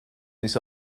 this